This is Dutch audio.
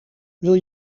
wil